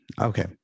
Okay